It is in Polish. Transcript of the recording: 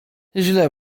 źle